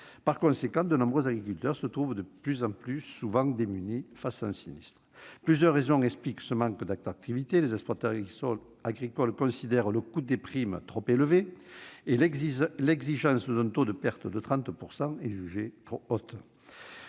Par conséquent, de nombreux agriculteurs se trouvent le plus souvent démunis face à un sinistre. Plusieurs raisons expliquent ce manque d'attractivité. Les exploitants agricoles considèrent le coût des primes comme trop élevé, et l'exigence d'un taux de perte de 30 % est jugée trop haute.